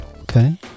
Okay